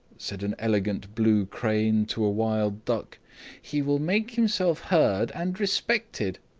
said an elegant blue crane to a wild duck he will make himself heard and respected.